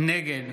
נגד